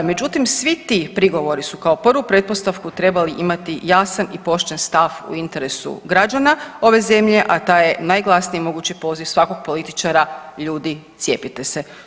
Međutim, svi ti prigovori su kao prvu pretpostavku trebali imati jasan i pošten stav u interesu građana ove zemlje, a taj je najglasniji mogući poziv svakog političara „ljudi cijepite se“